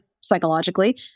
psychologically